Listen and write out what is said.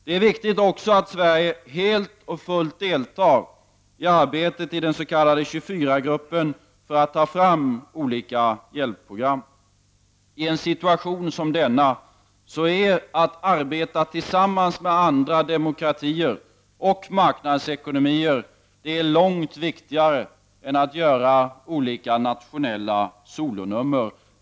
Det är också viktigt att Sverige helt och fullt deltar i arbetet i den s.k. 24 gruppen för att ta fram olika hjälpprogram. I en situation som denna är det långt viktigare att arbeta tillsammans med andra demokratier och marknadsekonomier än att göra olika nationella solonummer.